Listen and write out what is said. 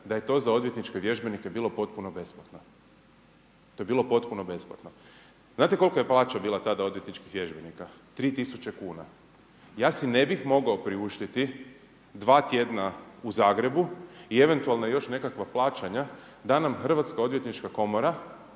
da je to za odvjetničke vježbenike bilo potpuno besplatno, to je bilo potpuno besplatno. Znate kolika je plaća bila tada odvjetničkih vježbenika? 3000 kuna. Ja si ne bi mogao priuštiti 2 tjedna u Zagrebu i eventualno još nekakva plaćanja da nam Hrvatska odvjetnička komora